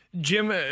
Jim